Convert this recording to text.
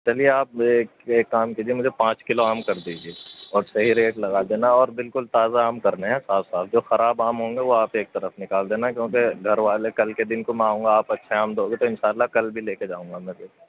چلیے آپ ایک ایک کام کیجیے مجھے پانچ کلو آم کر دیجیے اور سہی ریٹ لگا دینا اور بالکل تازہ آم کرنے ہیں صاف صاف جو خراب آم ہوں گے وہ آپ ایک طرف نکال دینا کیوں کہ گھر والے کل کے دن کو میں آؤں گا آپ اچھے آم دو گے تو ان شاء اللہ کل بھی لے کے جاؤں گا میں پھر